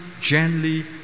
gently